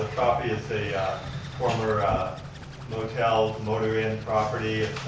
is a former motel, motor-in property,